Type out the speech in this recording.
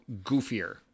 goofier